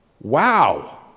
Wow